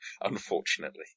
Unfortunately